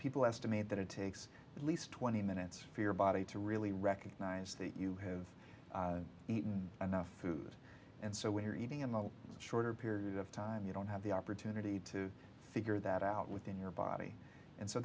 people estimate that it takes at least twenty minutes for your body to really recognize that you have eaten enough food and so when you're eating in a shorter period of time you don't have the opportunity to figure that out within your body and so